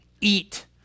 eat